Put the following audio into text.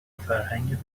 فرهنگ